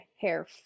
hair